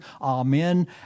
Amen